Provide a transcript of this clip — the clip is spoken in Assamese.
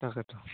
তাকেতো